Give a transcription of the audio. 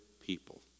people